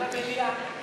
במליאה.